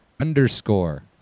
underscore